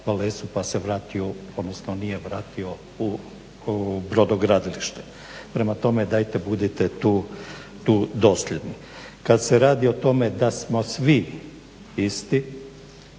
pa se vratio, odnosno nije vratio u brodogradilište. Prema tome dajte budite tu dosljedni. Kad se radi o tome da smo svi isti,